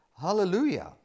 Hallelujah